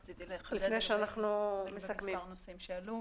רציתי לחדד לגבי מספר נושאים שהעלו,